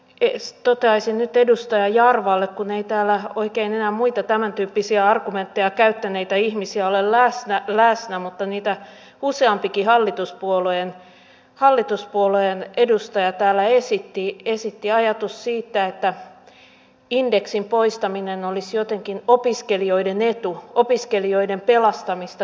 toteaisin seuraavaa nyt edustaja jarvalle kun ei täällä oikein enää muita tämäntyyppisiä argumentteja käyttäneitä ihmisiä ole läsnä mutta niitä useampikin hallituspuolueen edustaja täällä esitti ajatuksia siitä että indeksin poistaminen olisi jotenkin opiskelijoiden etu opiskelijoiden pelastamista köyhyydestä